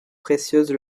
précieuse